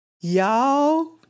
Y'all